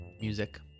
music